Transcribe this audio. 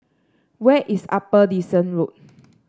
where is Upper Dickson Road